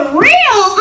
real